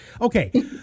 Okay